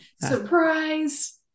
surprise